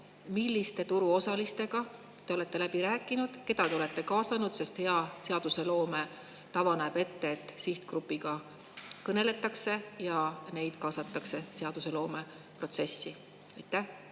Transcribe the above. Milliste turuosalistega te olete läbi rääkinud, keda te olete kaasanud? Hea seadusloome tava näeb ette, et sihtgrupiga kõneletakse ja seda kaasatakse seadusloomeprotsessi. Aitäh,